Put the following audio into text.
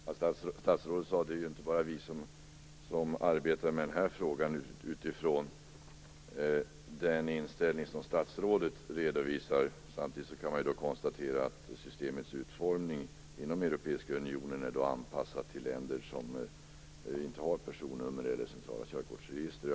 Herr talman! Som statsrådet sade är det inte bara vi som arbetar med den här frågan utifrån den inställning som statsrådet redovisar. Systemets utformning inom Europeiska unionen är anpassat till länder som inte har centrala körkortsregister och personnummer.